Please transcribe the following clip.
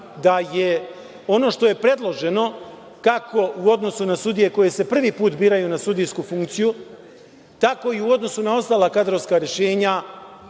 da je ono što je predloženo, kako u odnosu na sudije koje se prvi put biraju na sudijsku funkciju, tako i u odnosu na ostala kadrovska rešenja,